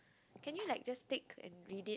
can you like just take and read it